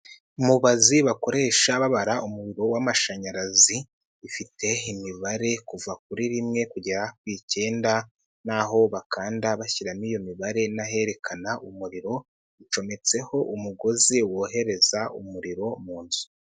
Mubazi bakoresha babara umuriro w'amashanyarazi. Ifite imibare kuva kuri rimwe kugera ku ikenda, n'aho bakanda bashyiramo iyo mibare n'aherekana umuriro. Ucometseho umugozi wohereza umuriro mu nzu.